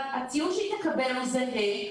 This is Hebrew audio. הציון שהיא תקבל הוא זהה,